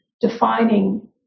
defining